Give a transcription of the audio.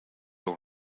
all